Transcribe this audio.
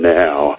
now